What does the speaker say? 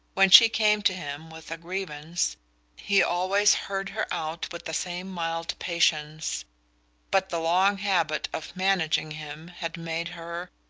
when she came to him with a grievance he always heard her out with the same mild patience but the long habit of managing him had made her,